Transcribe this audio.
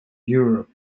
europe